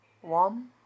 one